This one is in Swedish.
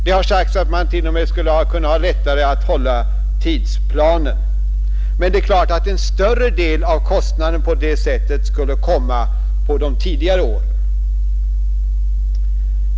Det har sagts att man t.o.m. skulle kunna ha lättare att hålla tidsplanen, men det är klart att en större del av kostnaden på det sättet skulle komma på de tidigare åren.